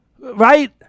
right